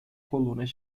colunas